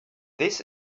this